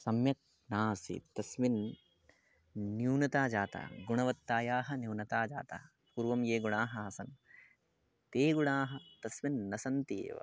सम्यक् न आसीत् तस्मिन् न्यूनता जाता गुणवत्तायाः न्यूनता जाता पूर्वं ये गुणाः आसन् ते गुणाः तस्मिन् न सन्ति एव